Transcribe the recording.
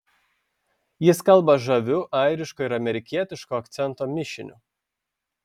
jis kalba žaviu airiško ir amerikietiško akcento mišiniu